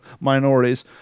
minorities